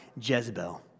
Jezebel